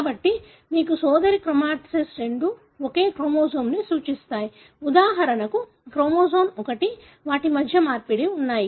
కాబట్టి మీకు సోదరి క్రోమాటిడ్స్ రెండూ ఒకే క్రోమోజోమ్ను సూచిస్తాయి ఉదాహరణకు క్రోమోజోమ్ 1 వాటి మధ్య మార్పిడి ఉంది